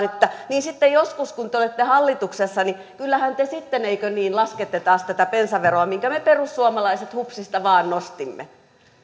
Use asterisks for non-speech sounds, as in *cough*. *unintelligible* että niin sitten joskus kun te olette hallituksessa kyllähän te sitten eikö niin laskette taas tätä bensaveroa minkä me perussuomalaiset hupsista vaan nostimme